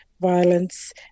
violence